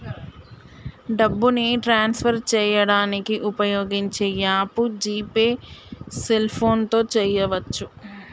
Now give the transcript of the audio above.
డబ్బుని ట్రాన్స్ఫర్ చేయడానికి ఉపయోగించే యాప్ జీ పే సెల్ఫోన్తో చేయవచ్చు